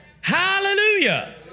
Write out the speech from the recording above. Hallelujah